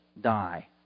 die